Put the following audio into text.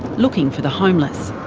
looking for the homeless.